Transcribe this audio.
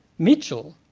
mitchell,